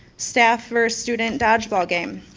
staff versus student dodgeball game,